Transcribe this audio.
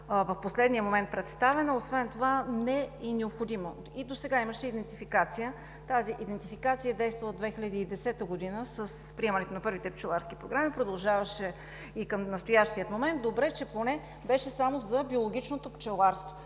в последния момент. Освен това не е и необходимо. И досега имаше идентификация. Тази идентификация действа от 2010 г. с приемането на първите пчеларски програми, продължаваше и към настоящия момент. Добре че поне беше само за биологичното пчеларство,